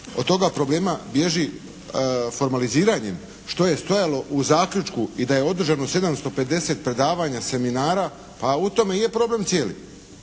od toga problema bježi formaliziranjem što je stajalo u zaključku i da je održano 750 predavanja, seminara, pa u tome je problem cijeli.